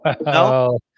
No